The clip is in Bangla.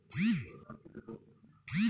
বাজার দরে চাষীদের ফসল বিক্রি হতে পারে